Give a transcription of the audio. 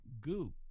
goop